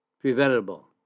preventable